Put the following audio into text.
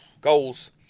goals